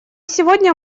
сегодня